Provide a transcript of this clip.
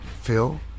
Phil